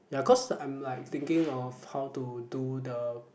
ya cause I'm like thinking of how to do the